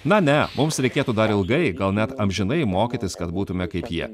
na ne mums reikėtų dar ilgai gal net amžinai mokytis kad būtume kaip jie